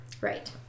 right